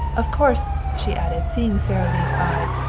of course, she added, seeing sara lee's eyes,